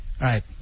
right